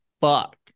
fuck